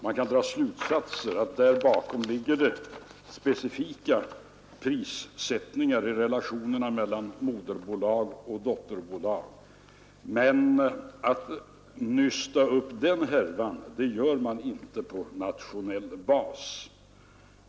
Man kan dra slutsatsen att bakom detta ligger specifika prissättningar i relationerna mellan moderbolag och dotterbolag, men den härvan nystar man inte upp på nationell bas.